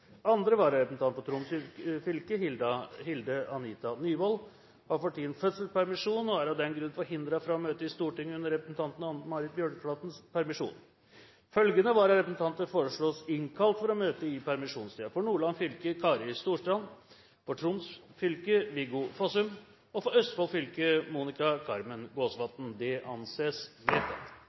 Andre vararepresentant for Troms fylke, Hilde Anita Nyvoll, har for tiden fødselspermisjon og er av den grunn forhindret fra å møte i Stortinget under representanten Anne Marit Bjørnflatens permisjon. Følgende vararepresentanter innkalles for å møte i permisjonstiden slik: For Nordland fylke: Kari Storstrand For Troms fylke: Viggo Fossum For Østfold fylke: Monica Carmen Gåsvatn